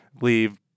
leave